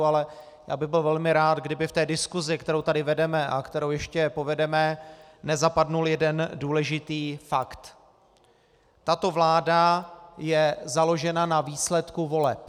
Ale já bych byl velmi rád, kdyby v té diskusi, kterou tady vedeme a kterou ještě povedeme, nezapadl jeden důležitý fakt: Tato vláda je založena na výsledku voleb.